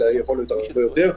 אלא יכול להיות הרבה יותר.